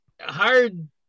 hard